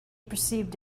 perceived